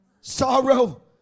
sorrow